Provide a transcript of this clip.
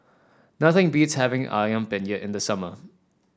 nothing beats having ayam Penyet in the summer